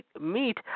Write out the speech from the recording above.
Meet